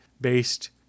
based